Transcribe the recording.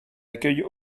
accueille